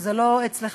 שזה לא אצלך,